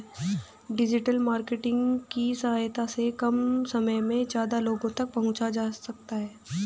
digital marketing की सहायता से कम समय में ज्यादा लोगो तक पंहुचा जा सकता है